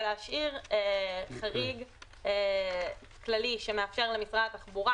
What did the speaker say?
ולהשאיר חריג כללי שמאפשר למשרד התחבורה,